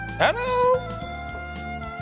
Hello